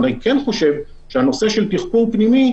אני כן חושב שהנושא של תחקור פנימי,